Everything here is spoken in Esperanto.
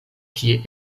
kie